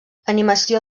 animació